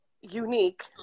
unique